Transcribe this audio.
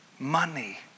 money